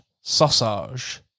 Sausage